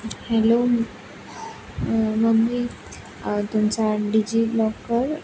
hello mummy तुमचा DigiLocker